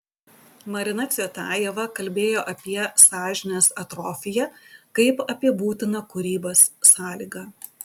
marina cvetajeva kalbėjo apie sąžinės atrofiją kaip apie būtiną kūrybos sąlygą